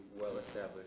well-established